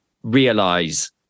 realize